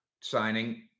signing